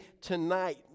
tonight